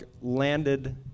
landed